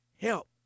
help